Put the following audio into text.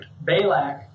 Balak